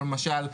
למשל,